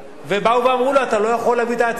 ובאו ואמרו לו: אתה לא יכול להביא את ההצעה.